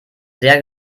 sehr